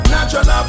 Natural